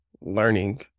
learning